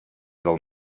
del